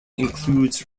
includes